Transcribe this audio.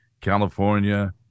California